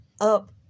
up